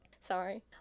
Sorry